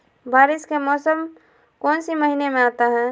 बारिस के मौसम कौन सी महीने में आता है?